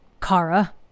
Kara